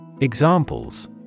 Examples